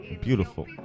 Beautiful